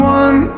one